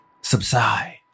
subside